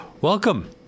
Welcome